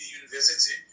university